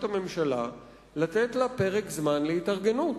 הממשלה לתת לה פרק זמן להתארגנות,